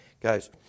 Guys